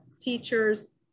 teachers